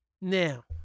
Now